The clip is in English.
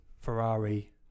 Ferrari